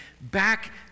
back